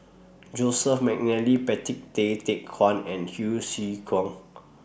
Joseph Mcnally Patrick Tay Teck Guan and Hsu Tse Kwang